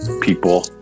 people